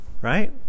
Right